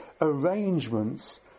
arrangements